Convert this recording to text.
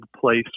place